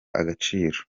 agaciro